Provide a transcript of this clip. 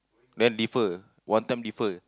then defer one time defer